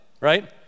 Right